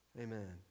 amen